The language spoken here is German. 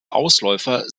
ausläufer